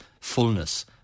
fullness